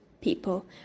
people